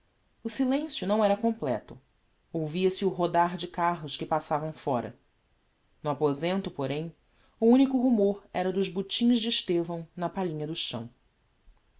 o silencio não era completo ouvia-se o rodar de carros que passavam fóra no aposento porêm o unico rumor era dos botins de estevão na palhinha do chão